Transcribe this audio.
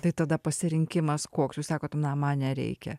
tai tada pasirinkimas koks jūs sakot na man nereikia